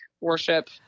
worship